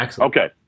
Okay